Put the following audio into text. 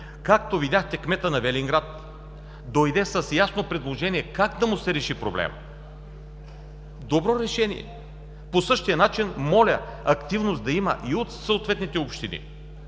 Както видяхте кметът на Велинград дойде с ясно предложение как да му се реши проблемът. Добро решение! По същия начин, моля активност да има и от съответните общини.